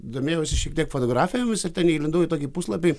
domėjausi šiek tiek fotografijomis ir ten įlindau į tokį puslapį